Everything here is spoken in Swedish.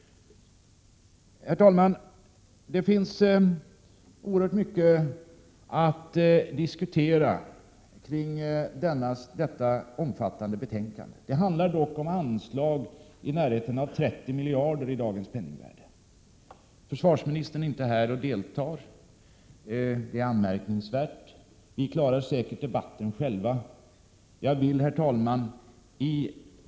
Herr talman! Det finns oerhört mycket att diskutera kring detta omfattande betänkande — det handlar om anslag på nära 30 miljarder kronor i dagens penningvärde. Försvarsministern är inte här och deltar i debatten. Det är anmärkningsvärt, men vi klarar säkert debatten själva. Herr talman!